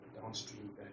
downstream